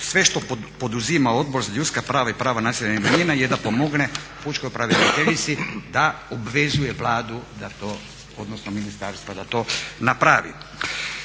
sve što poduzima Odbor za ljudska prava i prava nacionalnih manjina je da pomogne pučkoj pravobraniteljici da obvezuje Vladu, odnosno ministarstva da to naprave.